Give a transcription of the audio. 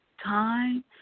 Time